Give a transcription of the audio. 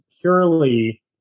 purely